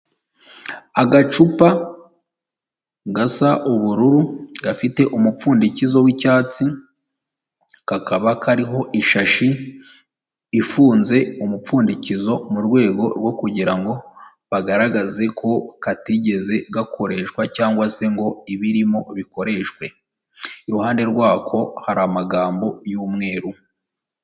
Agacupa gasa ubururu gafite umupfundikizo w'icyatsi kakaba kariho ishashi ifunz umupfundikizo mu rwego rwo kugira ngo bagaragaze ko katigeze gakoreshwa cyangwa se ngo ibirimo bikoreshwe, iruhande rwako hari amagambo y'mweru.